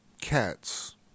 cats